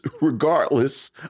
regardless